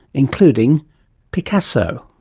including picasso.